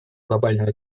глобального